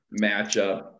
matchup